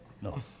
No